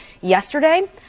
yesterday